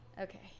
Okay